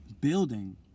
building